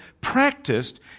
practiced